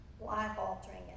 life-altering